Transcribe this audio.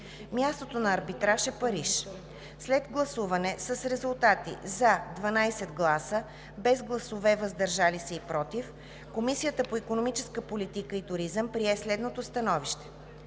Мястото на арбитраж е Париж. След гласуване с резултати: „за“ – 12 гласа, без „против“ и „въздържал се“, Комисията по икономическа политика и туризъм прие следното становище: